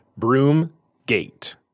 Broomgate